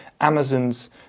Amazon's